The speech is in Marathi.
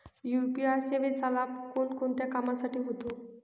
यू.पी.आय सेवेचा लाभ कोणकोणत्या कामासाठी होतो?